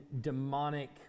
demonic